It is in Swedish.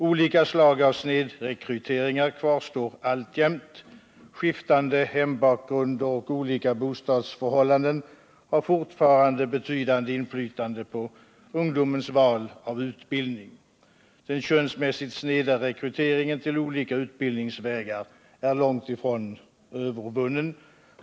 Olika slag av snedrekryteringar kvarstår alltjämt. Skiftande hembakgrund och olika bostadsförhållanden har fortfarande betydande inflytande på ungdomens val av utbildning. Den könsmässiga snedrekryteringen till olika utbildningsvägar är långt ifrån övervunnen.